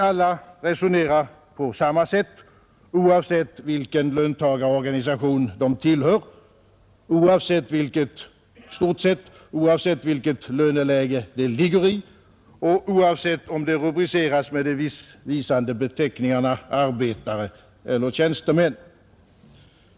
Alla resonerar likadant oavsett vilken löntagarorganisation de tillhör, oavsett vilket löneläge de ligger i och oavsett om de rubriceras med de missvisande beteckningarna arbetare eller tjänstemän.